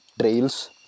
Trails